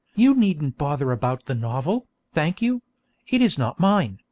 you needn't bother about the novel, thank you it is not mine,